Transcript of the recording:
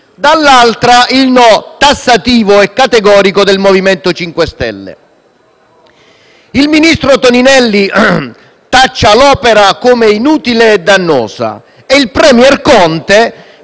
dall'altra, vi è il no tassativo e categorico del MoVimento 5 Stelle. Il ministro Toninelli taccia l'opera come inutile e dannosa. Il *premier* Conte